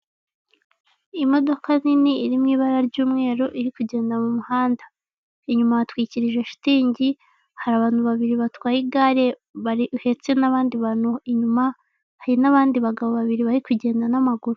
Imodoka nini iri mu ibara ry'umweru iri kugenda mu muhanda. Inyuma hatwikirije shitingi hari abantu babiri batwaye igare bahetse n'abandi bantu inyuma, hari n'abandi bagabo babiri bari kugenda n'amaguru.